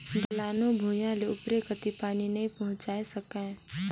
ढलानू भुइयां ले उपरे कति पानी नइ पहुचाये सकाय